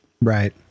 right